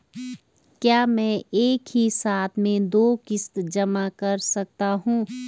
क्या मैं एक ही साथ में दो किश्त जमा कर सकता हूँ?